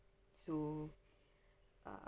so err